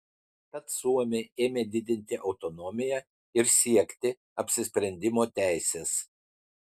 tad suomiai ėmė didinti autonomiją ir siekti apsisprendimo teisės